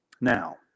now